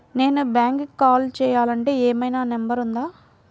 నేను బ్యాంక్కి కాల్ చేయాలంటే ఏమయినా నంబర్ ఉందా?